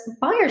buyers